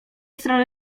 strony